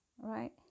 right